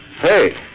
Hey